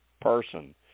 person